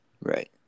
Right